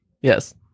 yes